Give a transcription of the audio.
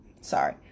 Sorry